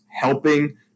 helping